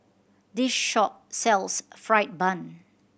this shop sells fried bun